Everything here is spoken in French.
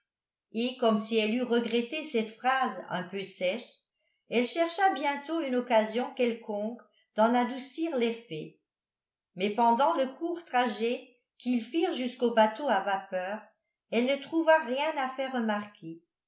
et comme si elle eût regretté cette phrase un peu sèche elle chercha bientôt une occasion quelconque d'en adoucir l'effet mais pendant le court trajet qu'ils firent jusqu'au bateau à vapeur elle ne trouva rien à faire remarquer